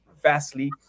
vastly